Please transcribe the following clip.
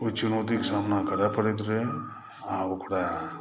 ओहि चुनौतीके सामना करय परैत रहय आ ओकरा